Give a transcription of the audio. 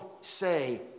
say